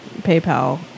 PayPal